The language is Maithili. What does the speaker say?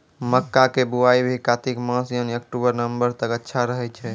मक्का के बुआई भी कातिक मास यानी अक्टूबर नवंबर तक अच्छा रहय छै